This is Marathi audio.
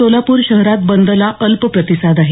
सोलापूर शहरात बंदला अल्प प्रतिसाद आहे